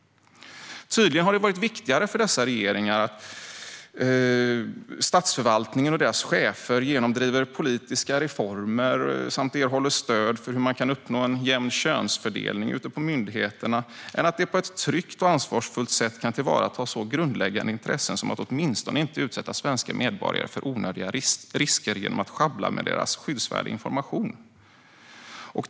Tydligen har det varit viktigare för dessa regeringar att statsförvaltningen och deras chefer genomdriver politiska reformer samt erhåller stöd för hur man kan uppnå en jämn könsfördelning på myndigheterna än att de på ett tryggt och ansvarsfullt sätt kan tillvarata så grundläggande intressen som att åtminstone inte utsätta svenska medborgare för onödiga risker genom att sjabbla med deras skyddsvärda information.